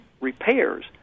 repairs